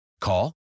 Call